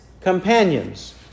companions